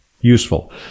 useful